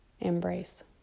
embrace